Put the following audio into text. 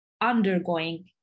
undergoing